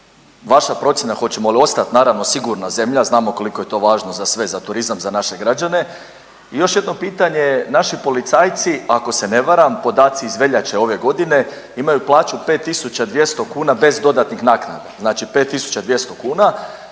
vaša procjena hoćemo li ostat naravno sigurna zemlja. Znamo koliko je to važno za sve, za turizam, za naše građane. I još jedno pitanje naši policajci ako se ne varam podaci iz veljače ove godine, imaju plaću 5.200 kuna bez dodatnih naknada, znači 5.200 kuna.